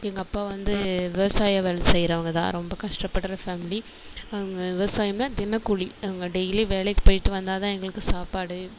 எங்கள் அப்பா வந்து விவசாய வேலை செய்றவங்கதான் ரொம்ப கஷ்டப்படுற ஃபேம்லி அவங்க விவசாயம்ன்னா தினக்கூலி அவங்க டெய்லி வேலைக்கு போயிவிட்டு வந்தா தான் எங்களுக்கு சாப்பாடு